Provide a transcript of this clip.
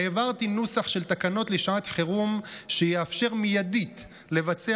העברתי נוסח של תקנות לשעת חירום שיאפשר מיידית לבצע